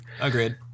Agreed